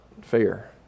fair